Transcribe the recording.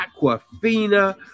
Aquafina